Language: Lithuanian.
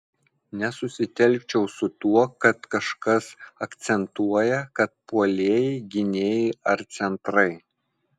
nesusitelkčiau su tuo kad kažkas akcentuoja kad puolėjai gynėjai ar centrai